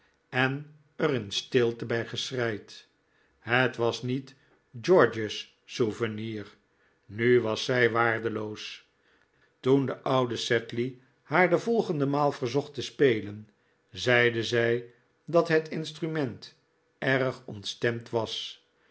en er in stilte bij geschreid het was niet george's souvenir nu was zij waardeloos toen de oude sedley haar de volgende maal verzocht te spelen zeide zij dat het instrument erg ontstemd was